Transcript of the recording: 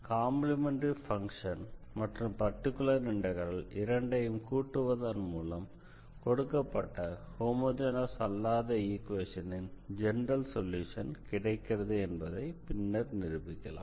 complementary function மற்றும் particular integral இரண்டையும் கூட்டுவதன் மூலம் கொடுக்கப்பட்ட ஹோமோஜெனஸ் அல்லாத ஈக்வேஷனின் ஜெனரல் சொல்யூஷன் கிடைக்கிறது என்பதை பின்னர் நிரூபிக்கலாம்